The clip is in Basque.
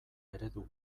eredu